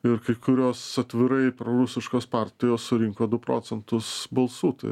ir kai kurios atvirai prorusiškos partijos surinko du procentus balsų tai